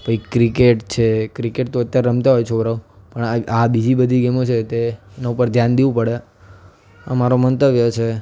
પછી ક્રિકેટ છે ક્રિકેટ તો અત્યારે રમતા હોય છોકરાઓ પણ આ બીજી બધી ગેમો છે તે એના ઉપર ધ્યાન દેવું પડે આ મારો મંતવ્ય છે